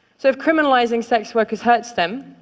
so if criminalizing sex workers hurts them,